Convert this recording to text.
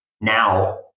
now